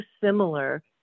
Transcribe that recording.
similar